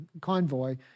Convoy